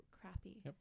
crappy